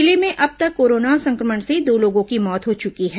जिले में अब तक कोरोना संक्रमण से दो लोगों की मौत हो चुकी है